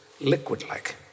liquid-like